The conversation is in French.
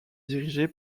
dirigée